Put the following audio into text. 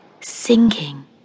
sinking